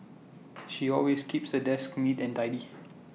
she always keeps her desk neat and tidy